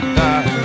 die